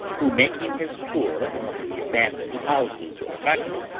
who, making his tour among the abandoned houses or huts,